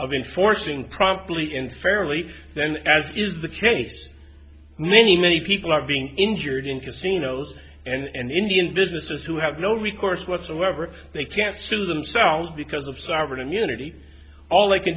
of enforcing probably in fairly then as is the case and many many people are being injured in casinos and indian businesses who have no recourse whatsoever they can't sue themselves because of sovereign immunity all i can